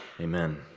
amen